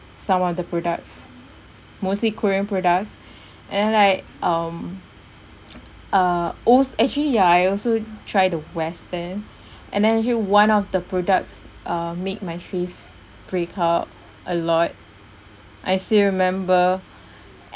some of the products mostly korean products and then like um uh al~ actually ya I also try the western and then actually one of the products uh make my face breakout a lot I still remember